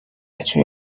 توی